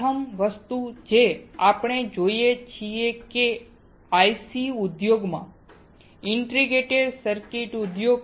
પ્રથમ વસ્તુ જે આપણે જોઈએ છીએ તે છે કે IC ઉદ્યોગમાં ઇન્ટિગ્રેટેડ સર્કિટ ઉદ્યોગ